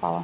Hvala.